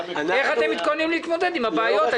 איך אתם מתכוננים להתמודד עם הבעיות.